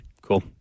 Cool